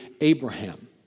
Abraham